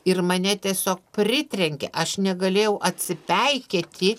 ir mane tiesiog pritrenkė aš negalėjau atsipeikėti